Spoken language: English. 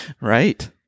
Right